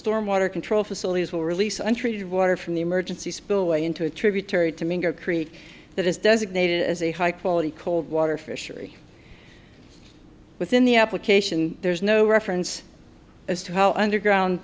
storm water control facilities will release untreated water from the emergency spillway into a tributary to create that is designated as a high quality cold water fishery within the application there's no reference as to how underground